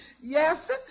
Yes